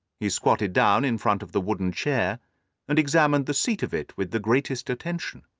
he squatted down in front of the wooden chair and examined the seat of it with the greatest attention.